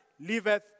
liveth